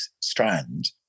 strand